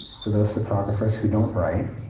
for those photographers who don't write,